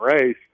race